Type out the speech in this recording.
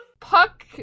Puck